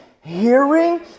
hearing